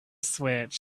switch